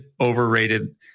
overrated